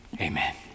amen